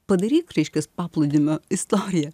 padaryk reiškias paplūdimio istoriją